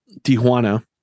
Tijuana